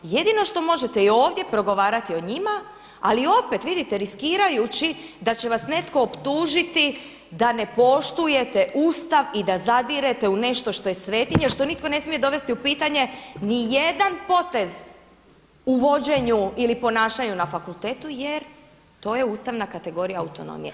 Jedino što možete je ovdje progovarati o njima, ali opet vidite riskirajući da će vas netko optužiti da ne poštujete Ustav i da zadirete u nešto što je svetinja, što nitko ne smije dovesti u pitanje ni jedan potez u vođenju ili ponašanju na fakultetu jer to je ustavna kategorija autonomije.